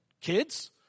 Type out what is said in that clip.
kids